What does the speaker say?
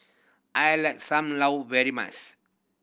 I like Sam Lau very much